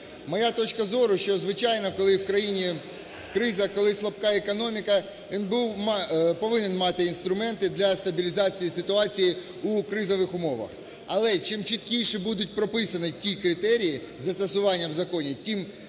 Моя точка зору, що, звичайно, коли в країні криза, коли слабка економіка, НБУ повинен мати інструменти для стабілізації ситуації у кризових умовах. Але чим чіткіші будуть прописані ті критерії з застосуванням законів, тим